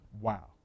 Wow